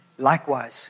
Likewise